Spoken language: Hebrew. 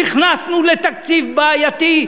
נכנסנו לתקציב בעייתי,